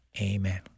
Amen